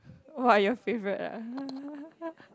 !wah! your favourite ah